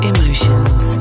Emotions